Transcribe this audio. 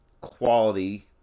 quality